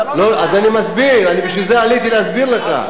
אני מסביר, בשביל זה עליתי להסביר לך.